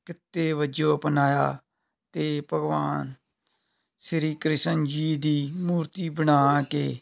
ਕਿੱਤੇ ਵਜੋਂ ਅਪਣਾਇਆ ਅਤੇ ਭਗਵਾਨ ਸ਼੍ਰੀ ਕ੍ਰਿਸ਼ਨ ਜੀ ਦੀ ਮੂਰਤੀ ਬਣਾ ਕੇ